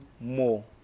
more